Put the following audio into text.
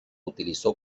utilizó